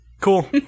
Cool